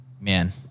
man